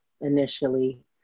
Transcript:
initially